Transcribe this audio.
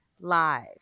live